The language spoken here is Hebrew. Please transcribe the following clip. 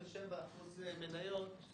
27% מניות,